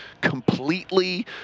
completely